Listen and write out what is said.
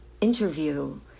interview